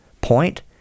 Point